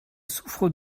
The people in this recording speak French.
souffre